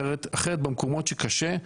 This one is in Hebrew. אחרת במקומות שקשה,